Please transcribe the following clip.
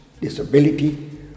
disability